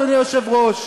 אדוני היושב-ראש.